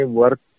work